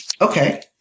Okay